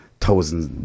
thousands